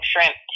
shrimp